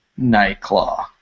Nightclaw